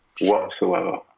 whatsoever